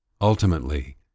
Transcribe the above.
Ultimately